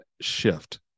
shift